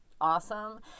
awesome